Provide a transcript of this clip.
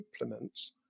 implements